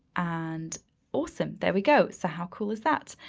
and awesome, there we go. so how cool is that?